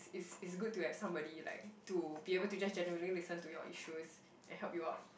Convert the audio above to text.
it's it's good to have somebody like to be able to just genuinely listen to your issues and help you out